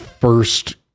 first